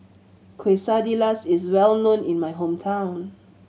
quesadillas is well known in my hometown